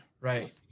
right